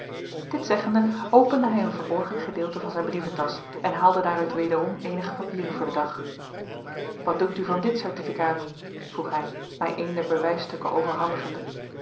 dit zeggende opende hij een verborgen gedeelte van zijn brieven tasch en haalde daaruit wederom eenige papieren voor den dag wat dunkt u van dit certificaat vroeg hij mij een der bewijsstukken overhandigende